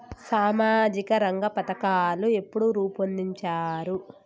సామాజిక రంగ పథకాలు ఎప్పుడు రూపొందించారు?